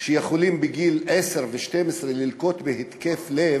יכולים בגיל עשר ו-12 ללקות בהתקף לב,